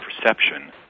perception